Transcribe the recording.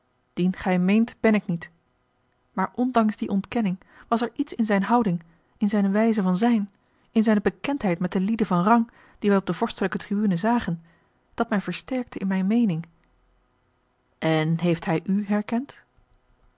dien gij meent ben ik niet maar ondanks de ontkenning was er iets in zijne houding in zijne wijze van zijn in zijne bekendheid met de lieden van rang die wij op de vorstelijke tribune zagen dat mij versterkte in mijne meening en heeft hij u herkend